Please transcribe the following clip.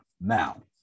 Now